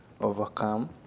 overcome